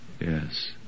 yes